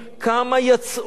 כמה יצאו,